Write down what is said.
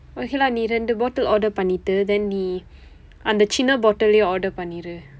okay lah நீ இரண்டு:ni irandu bottle order பண்ணிட்டு:pannitdu then நீ அந்த சின்ன:nii andtha sinna bottle order பண்ணிரு:panniru